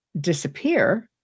disappear